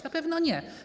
Na pewno nie.